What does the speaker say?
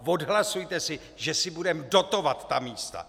Odhlasujte si, že si budeme dotovat ta místa!